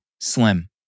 Slim